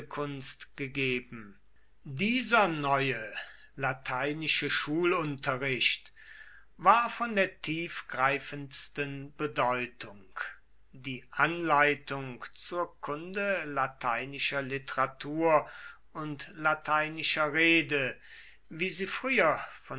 redekunst gegeben dieser neue lateinische schulunterricht war von der tiefgreifendsten bedeutung die anleitung zur kunde lateinischer literatur und lateinischer rede wie sie früher